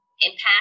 impact